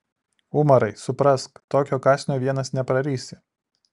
umarai suprask tokio kąsnio vienas neprarysi